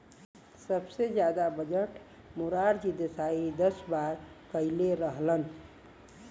सबसे जादा बजट मोरारजी देसाई दस बार कईले रहलन